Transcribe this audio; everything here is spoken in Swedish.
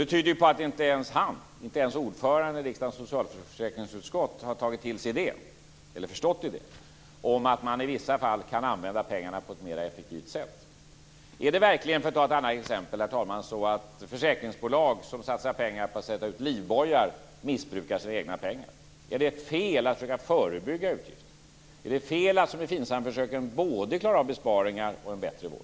Det tyder ju på att inte ens han, ordföranden i riksdagens socialförsäkringsutskott, har tagit till sig eller förstått idén om att man i vissa fall kan använda pengarna på ett mer effektivt sätt. Är det verkligen så, för att ta ett annat exempel, herr talman, att försäkringsbolag som satsar pengar på att sätta ut livbojar missbrukar sina egna pengar? Är det fel att försöka förebygga utgifter? Är det fel att som i FINSAM-försöket både klara av besparingar och en bättre vård?